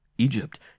Egypt